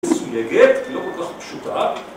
מסויגת, היא לא כל כך פשוטה